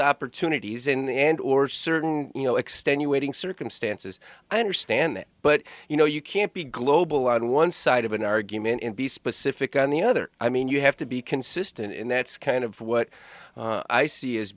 opportunities in the end or certain you know extenuating circumstances i understand that but you know you can't be global on one side of an argument and be specific on the other i mean you have to be consistent and that's kind of what i see